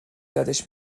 یادش